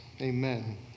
Amen